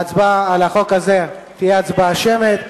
ההצבעה על החוק הזה תהיה הצבעה אישית.